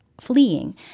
fleeing